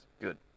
good